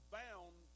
bound